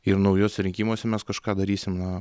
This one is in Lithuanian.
ir naujuose rinkimuose mes kažką darysim na